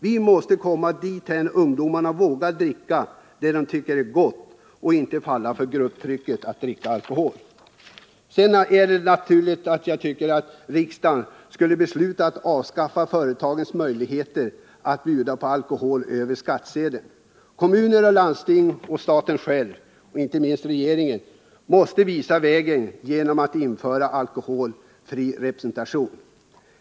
Vi måste komma dithän att ungdomarna vågar dricka det de tycker är gott och inte faller för grupptrycket att dricka alkohol. Det är naturligt att riksdagen måste besluta att avskaffa företagens möjligheter att bjuda på alkohol över skattsedeln. Kommuner, landsting och staten själv — inte minst regeringen — måste visa vägen genom att införa alkoholfri representation.